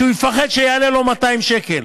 שיפחד שזה יעלה לו 200 שקל.